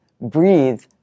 breathe